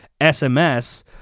SMS